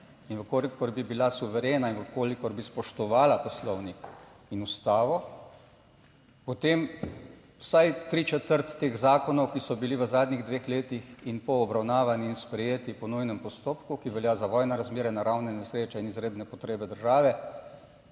In v kolikor bi bila suverena in v kolikor bi spoštovala Poslovnik in Ustavo, potem vsaj tri četrt teh zakonov, ki so bili v zadnjih dveh letih in pol obravnavani in sprejeti po nujnem postopku, ki velja za vojne razmere, naravne nesreče in izredne potrebe države,